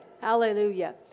Hallelujah